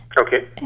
Okay